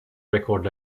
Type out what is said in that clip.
record